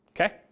okay